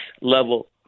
level